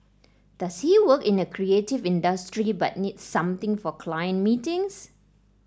does he work in a creative industry but needs something for client meetings